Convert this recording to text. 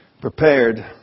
prepared